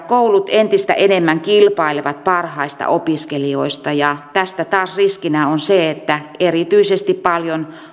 koulut entistä enemmän kilpailevat parhaista opiskelijoista ja tässä taas riskinä on se että erityisesti paljon